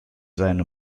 seine